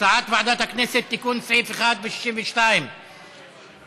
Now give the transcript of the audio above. הצעת ועדת הכנסת לתיקון סעיפים 1 ו-62 לתקנון הכנסת.